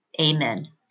Amen